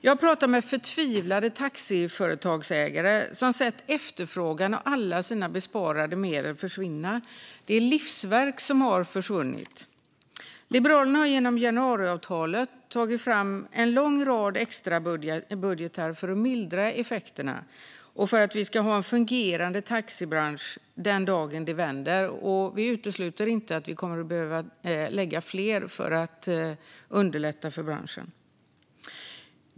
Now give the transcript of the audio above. Jag har pratat med förtvivlade taxiföretagsägare som har sett efterfrågan och alla sina sparade medel förvinna. Det är livsverk som har försvunnit. Liberalerna har genom januariavtalet tagit fram en lång rad extrabudgetar för att mildra effekterna och för att vi ska ha en fungerande taxibransch den dag det vänder. Vi utesluter inte heller att vi kommer att behöva lägga fram fler förslag för att underlätta för branschen.